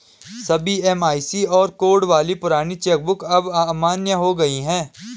सभी MICR code वाली पुरानी चेक बुक अब अमान्य हो गयी है